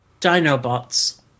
Dinobots